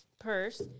purse